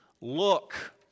look